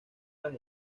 las